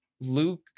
Luke